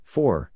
Four